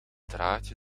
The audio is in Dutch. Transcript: draadje